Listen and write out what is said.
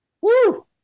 Woo